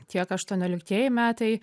tiek aštuonioliktieji metai